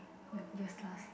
u~ useless